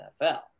NFL